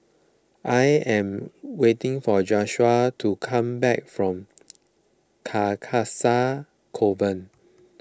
I am waiting for Josiah to come back from Carcasa Convent